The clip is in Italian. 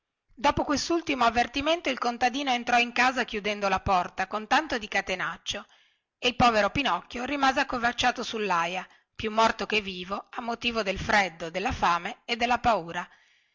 dopo questultimo avvertimento il contadino entrò in casa chiudendo la porta con tanto di catenaccio e il povero pinocchio rimase accovacciato sullaia più morto che vivo a motivo del freddo della fame e della paura